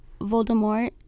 Voldemort